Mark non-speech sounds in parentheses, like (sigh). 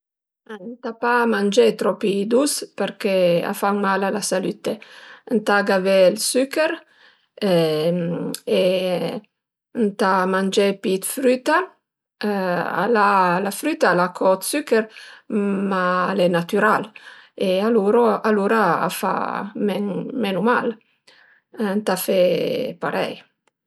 Ëntà pa mangé tropi dus përché a fa mal a la salütte, ëntà gavé ël suchèr (hesitation) ëntà mangé pi 'd früta, la früta al a co 'd suchèr, ma al e natüral e aluro alura a fa menu mal, ëntà fe parei